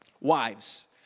Wives